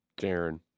Darren